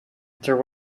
there